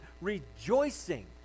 rejoicing